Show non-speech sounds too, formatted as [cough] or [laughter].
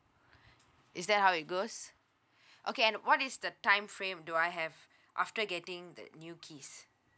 is that how it goes [breath] okay and what is the time frame do I have after getting the new keys